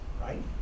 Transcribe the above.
right